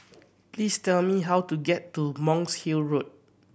please tell me how to get to Monk's Hill Road